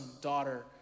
daughter